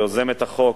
ליוזמת החוק,